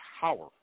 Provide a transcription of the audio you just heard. power